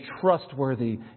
trustworthy